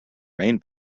main